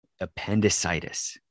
appendicitis